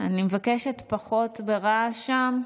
אני מבקשת פחות ברעש שם.